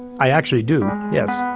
i actually do, yes